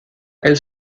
elle